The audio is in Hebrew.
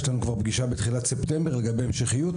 יש לנו פגישה בתחילת ספטמבר לגבי המשכיות